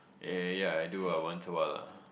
eh yea I do ah once a while ah